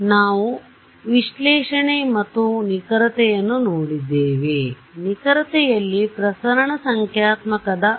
ಆದ್ದರಿಂದ ನಾವು ವಿಶ್ಲೇಷಣೆanalysis ಮತ್ತು ನಿಖರತೆಯನ್ನು ನೋಡಿದ್ದೇವೆ ಮತ್ತು ನಿಖರತೆಯಲ್ಲಿ ಪ್ರಸರಣ ಸಂಖ್ಯಾತ್ಮಕದdispersion numerical